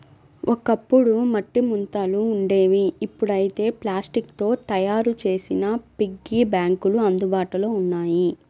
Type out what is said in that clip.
ఒకప్పుడు మట్టి ముంతలు ఉండేవి ఇప్పుడైతే ప్లాస్టిక్ తో తయ్యారు చేసిన పిగ్గీ బ్యాంకులు అందుబాటులో ఉన్నాయి